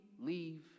leave